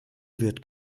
wird